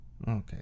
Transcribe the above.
Okay